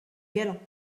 galant